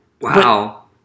Wow